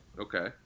Okay